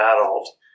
adult